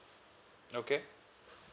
okay